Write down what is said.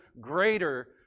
greater